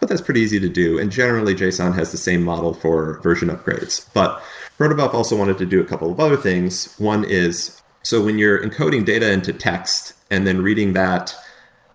but that's pretty easy to do. and generally, json has the same model for version upgrades. but proto buff also wanted to do a couple of other things. one is so when you're encoding data into text and then reading that